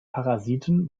parasiten